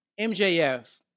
MJF